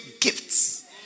gifts